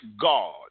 God